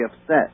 upset